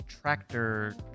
tractor